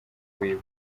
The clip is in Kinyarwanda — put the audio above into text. wiwe